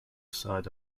side